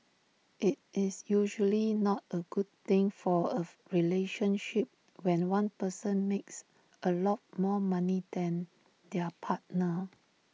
IT is usually not A good thing for of relationship when one person makes A lot more money than their partner